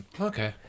Okay